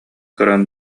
көрөн